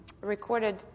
recorded